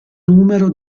numero